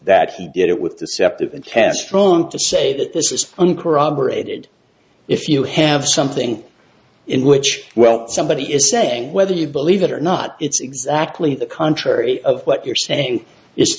that he did it with deceptive and test wrong to say that this is uncorroborated if you have something in which well somebody is saying whether you believe it or not it's exactly the contrary of what you're saying i